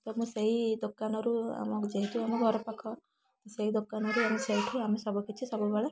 ତ ମୁଁ ସେଇ ଦୋକାନରୁ ଆମକୁ ଯେହେତୁ ଆମ ଘର ପାଖ ସେ ଦୋକାନରୁ ଆମେ ସେଇଠୁ ଆମେ ସବୁ କିଛି ସବୁବେଳେ